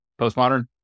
postmodern